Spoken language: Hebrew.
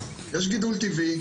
יש גידול טבעי,